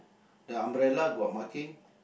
the umbrella got marking